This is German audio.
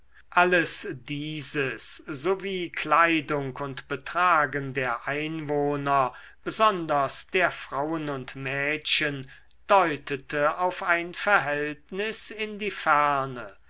alles dieses sowie kleidung und betragen der einwohner besonders der frauen und mädchen deutete auf ein verhältnis in die ferne